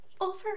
Over